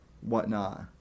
whatnot